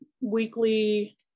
weekly